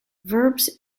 verbs